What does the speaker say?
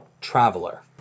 Traveler